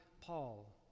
Paul